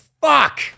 fuck